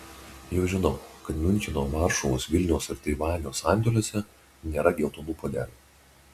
jau žinau kad miuncheno varšuvos vilniaus ir taivanio sandėliuose nėra geltonų puodelių